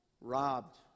robbed